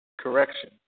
correction